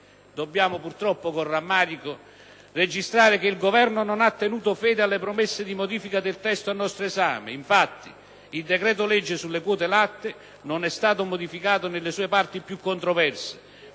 Dobbiamo, purtroppo, registrare con rammarico che il Governo non ha tenuto fede alle promesse di modifica del testo al nostro esame. Infatti, il decreto-legge sulle quote latte non è stato modificato nelle sue parti più controverse,